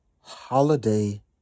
Holiday